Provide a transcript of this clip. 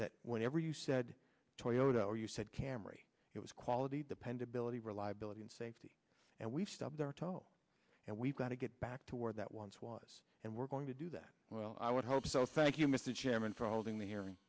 that whenever you said toyota or you said camry it was quality dependability reliability and safety and we've stub their toe and we've got to get back to where that once was and we're going to do that well i would hope so thank you mr chairman for holding the hearing